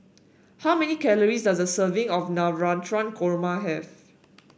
how many calories does the serving of Navratan Korma have